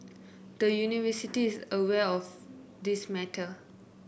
the University is aware of this matter